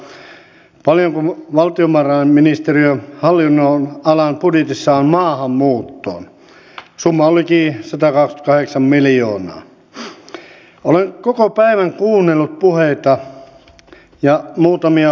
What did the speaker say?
tällä kertaa on täydellisen selvää ettei yksikään välikysymyksen allekirjoittajista usko mahdollisuuteen kaataa hallitus välikysymyksen avulla